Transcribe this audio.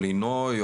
או לינוי,